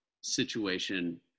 situation